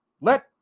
Let